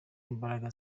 imbaraga